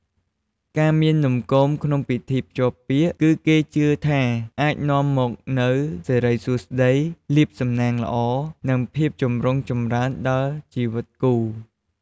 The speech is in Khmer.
ការមាននំគមក្នុងពិធីភ្ជាប់ពាក្យ គឺគេជឿថាអាចនាំមកនូវ សិរីសួស្ដី លាភសំណាងល្អ និងភាពចម្រុងចម្រើនដល់ជីវិតគូ។